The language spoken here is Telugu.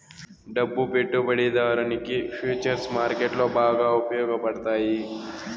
డబ్బు పెట్టుబడిదారునికి ఫుచర్స్ మార్కెట్లో బాగా ఉపయోగపడతాయి